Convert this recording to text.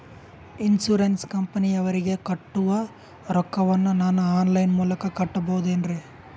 Insurance ಕಂಪನಿಯವರಿಗೆ ಕಟ್ಟುವ ರೊಕ್ಕ ವನ್ನು ನಾನು ಆನ್ ಲೈನ್ ಮೂಲಕ ಕಟ್ಟಬಹುದೇನ್ರಿ?